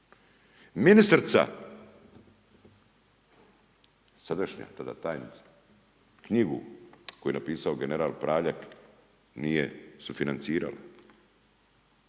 Ministrica sadašnja, tada tajnica knjigu koju je napisao general Praljak nije sufinancirala.